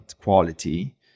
quality